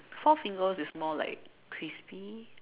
Four Fingers is more like crispy